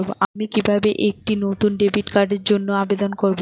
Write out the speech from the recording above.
আমি কিভাবে একটি নতুন ডেবিট কার্ডের জন্য আবেদন করব?